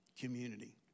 community